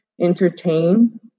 Entertain